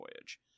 voyage